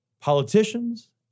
politicians